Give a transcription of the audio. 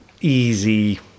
easy